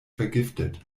vergiftet